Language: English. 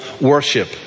worship